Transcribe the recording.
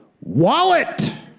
wallet